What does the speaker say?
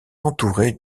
entourés